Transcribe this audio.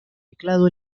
teclado